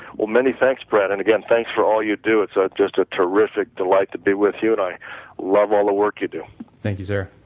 well, many thanks brett and again thanks for all you do, it's ah just a terrific delight to be with you and i love all the work you do thank you sir.